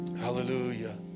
Hallelujah